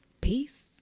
Peace